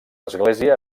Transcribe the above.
església